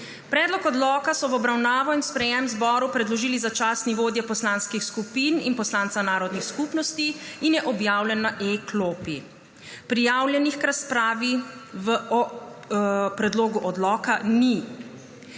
Predlog odloka so v obravnavo in sprejetje zboru predložili začasni vodje poslanskih skupin in poslanca narodnih skupnosti in je objavljen na e-klopi. Prijavljenih k razpravi o predlogu odloka ni.